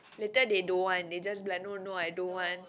later they don't want they just like no no I don't want